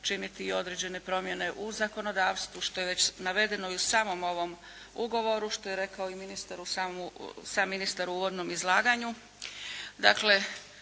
činiti i određene promjene u zakonodavstvu, što je već navedeno i u samom ovom ugovoru, što je rekao i sam ministar u uvodnom izlaganju.